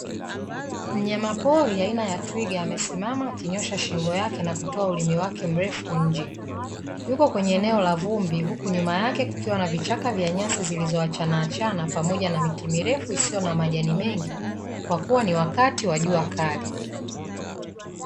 Mnyamapori aina ya twiga amesimama akinyoosha shingo yake na kutoa ulimi wake mrefu nje. yuko kwenye eneo na vumbi huku nyuma yake kukiwa na vichaka vya nyasi zilizo achanaachana pamoja na miti mirefu isiyo na majani mengi kwa kuwa ni wakati wa jua kali.